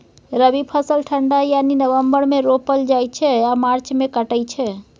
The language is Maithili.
रबी फसल ठंढा यानी नवंबर मे रोपल जाइ छै आ मार्च मे कटाई छै